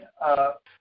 up